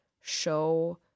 show